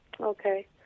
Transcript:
Okay